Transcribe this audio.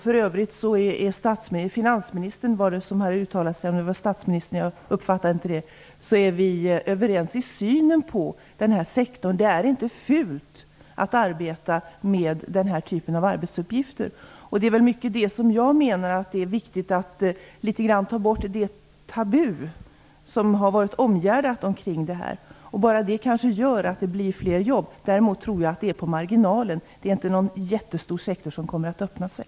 För övrigt är statsministern - eller om det var finansministern som hade uttalat sig, jag uppfattade inte det - och jag överens i synen på denna sektor. Det är inte fult att arbeta med den här typen av arbetsuppgifter. Det är viktigt att ta bort det tabu som har varit omgärdat kring detta. Det skulle kanske göra att det blev fler jobb. Däremot tror jag att effekten skulle bli marginell. Det är inte någon jättestor sektor som kommer att öppna sig.